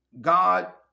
God